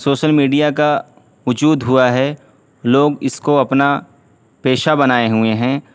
social media کا وجود ہوا ہے لوگ اس کو اپنا پیشہ بنائے ہوئے ہیں